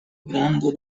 grande